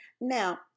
Now